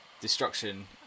destruction